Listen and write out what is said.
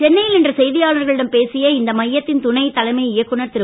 சென்னையில் இன்று செய்தியாளர்களிடம் பேசிய இந்த மையத்தின் துணை தலைமை இயக்குநர் திரு